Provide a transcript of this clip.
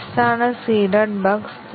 S ആണ് seeded Bugs